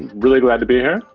really glad to be here.